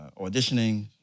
Auditioning